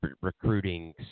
recruiting